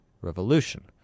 Revolution